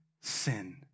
sin